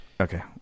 okay